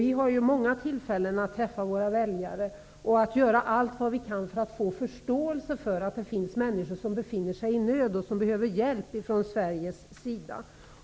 Vi har många tillfällen att träffa våra väljare och bör då göra allt vad vi kan för att få förståelse för att det finns människor som är i nöd och som behöver hjälp från Sveriges sida.